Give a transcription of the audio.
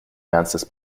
ernstes